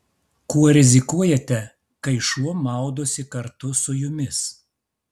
kuo rizikuojate kai šuo maudosi kartu su jumis